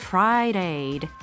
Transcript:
Friday'd